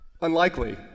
Unlikely